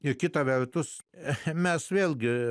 ir kita vertus ech mes vėlgi